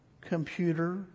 computer